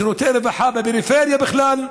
שירותי הרווחה בפריפריה בכלל.